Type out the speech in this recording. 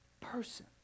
person